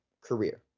career